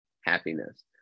happiness